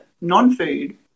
non-food